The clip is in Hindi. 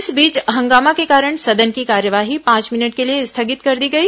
इस बीच हंगामा के कारण सदन की कार्यवाही पांच मिनट के लिए स्थगित कर दी गई